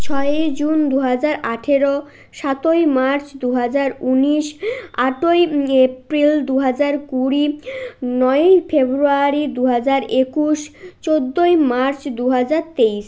ছয়ই জুন দু হাজার আঠেরো সাতই মার্চ দু হাজার উনিশ আটই এপ্রিল দু হাজার কুড়ি নয়ই ফেব্রুয়ারি দু হাজার একুশ চোদ্দই মার্চ দু হাজার তেইশ